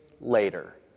later